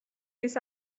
this